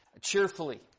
cheerfully